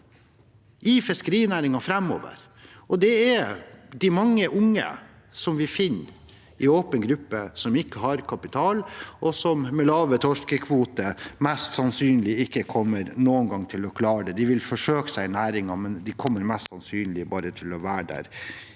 i fiskerinæringen, og det er de mange unge vi finner i åpen gruppe, som ikke har kapital, og som med lave torskekvoter mest sannsynlig ikke noen gang kommer til å klare det. De vil forsøke seg i næringen, men de kommer mest sannsynlig bare til å være der